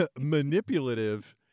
Manipulative